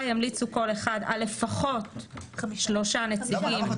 ימליצו כל אחד על לפחות שלושה נציגים.